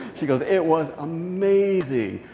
she goes, it was amazing.